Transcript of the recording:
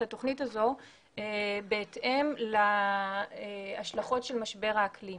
התכנית הזאת בהתאם להשלכות של משבר האקלים.